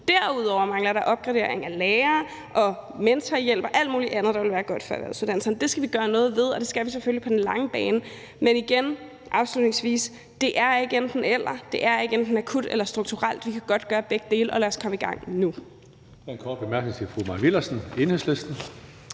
Derudover mangler der opgradering af lærere og mentorhjælp og alt muligt andet, der ville være godt for erhvervsuddannelserne. Det skal vi gøre noget ved, og det skal vi selvfølgelig på den lange bane. Men afslutningsvis vil jeg igen sige, at det ikke er enten-eller. Det er ikke enten akut eller strukturelt. Vi kan godt gøre begge dele, og lad os komme i gang nu.